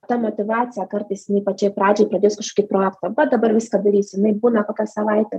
ta motyvacija kartais jinai pačioj pradžioj pradėjus kažkokį projektą va dabar viską darysiu jinai būna kokią savaitę